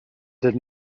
did